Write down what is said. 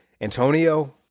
Antonio